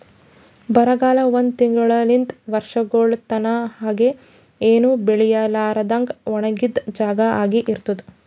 ಬರಗಾಲ ಒಂದ್ ತಿಂಗುಳಲಿಂತ್ ವರ್ಷಗೊಳ್ ತನಾ ಹಂಗೆ ಏನು ಬೆಳಿಲಾರದಂಗ್ ಒಣಗಿದ್ ಜಾಗಾ ಆಗಿ ಇರ್ತುದ್